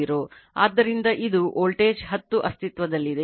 ಆದ್ದರಿಂದ ಇದು ವೋಲ್ಟೇಜ್ 10 ಅಸ್ತಿತ್ವದಲ್ಲಿದೆ